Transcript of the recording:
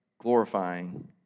glorifying